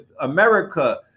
America